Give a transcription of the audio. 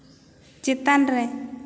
ᱪᱮᱛᱟᱱ ᱨᱮ